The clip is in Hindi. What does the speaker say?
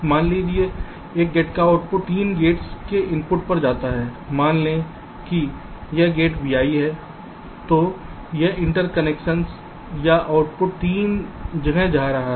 मान लीजिए कि एक गेट का आउटपुट 3 गेट्स के इनपुट पर जाता है मान लें कि यह गेट vi है तो यह इंटरकनेक्शन यह आउटपुट 3 जगह जा रहा है